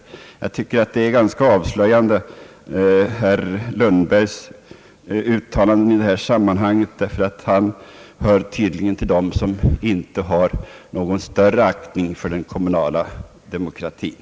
Jag tycker herr Lundbergs uttalande i detta sammanhang är ganska avslöjande, eftersom han tydligen hör till dem som inte hyser någon större aktning för den kommunala demokratin.